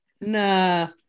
No